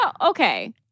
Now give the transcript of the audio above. okay